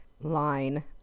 line